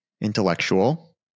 Intellectual